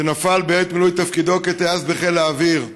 שנפל בעת מילוי תפקידו כטייס בחיל האוויר.